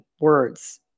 words